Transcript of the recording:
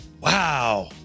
Wow